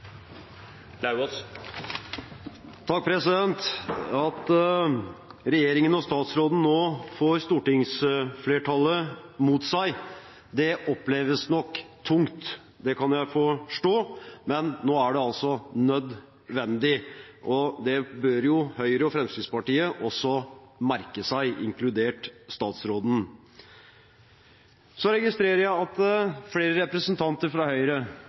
At regjeringen og statsråden nå får stortingsflertallet mot seg, oppleves nok tungt. Det kan jeg forstå, men nå er det nødvendig, og det bør også Høyre og Fremskrittspartiet – inkludert statsråden – merke seg. Jeg registrerer at flere representanter fra Høyre